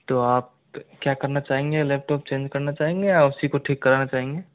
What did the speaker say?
तो आप क्या करना चाहेंगे लैपटॉप चेंज करना चाहेंगे या उसी को ठीक कराना चाहेंगे